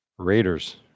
Raiders